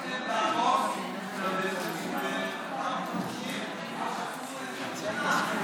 הצלחתם להרוס בכמה חודשים מה שעשו 20 שנה.